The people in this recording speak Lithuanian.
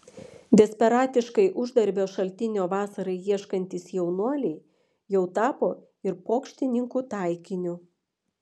desperatiškai uždarbio šaltinio vasarai ieškantys jaunuoliai jau tapo ir pokštininkų taikiniu